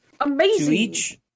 Amazing